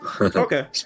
okay